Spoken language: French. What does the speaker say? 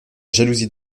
jalousie